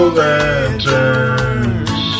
lanterns